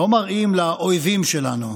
לא מראים לאויבים שלנו.